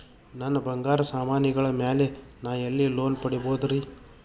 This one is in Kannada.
ನನ್ನ ಬಂಗಾರ ಸಾಮಾನಿಗಳ ಮ್ಯಾಲೆ ನಾ ಎಲ್ಲಿ ಲೋನ್ ಪಡಿಬೋದರಿ?